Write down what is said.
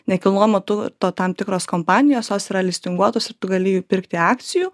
nekilnojamo turto tam tikros kompanijos jos yra listinguotos ir tu gali jų pirkti akcijų